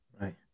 Right